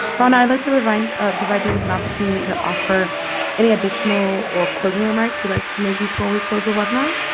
rana, i'd like to kind of provide you with an opportunity to offer any additional or closing remarks you'd like to make before we close the webinar.